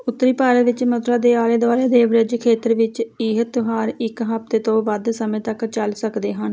ਉੱਤਰੀ ਭਾਰਤ ਵਿੱਚ ਮਥੁਰਾ ਦੇ ਆਲੇ ਦੁਆਲੇ ਦੇ ਬ੍ਰਿਜ ਖੇਤਰ ਵਿੱਚ ਇਹ ਤਿਉਹਾਰ ਇੱਕ ਹਫ਼ਤੇ ਤੋਂ ਵੱਧ ਸਮੇਂ ਤੱਕ ਚੱਲ ਸਕਦੇ ਹਨ